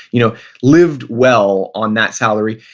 you know lived well on that salary.